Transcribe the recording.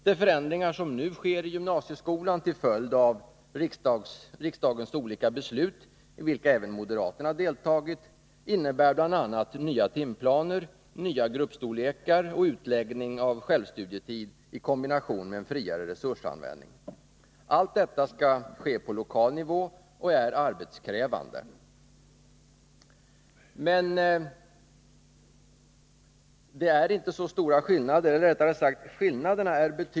De förändringar som nu sker i gymnasieskolan till följd av riksdagens olika beslut, i vilka även moderaterna deltagit, innebär bl.a. nya timplaner, nya gruppstorlekar och utläggning av självstudietid i kombination med en friare resursanvändning. Allt detta skall ske på lokal nivå och är arbetskrävande.